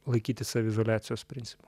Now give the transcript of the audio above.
laikytis saviizoliacijos principų